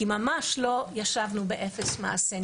כי ממש לא ישבנו באפס מעשה.